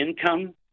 income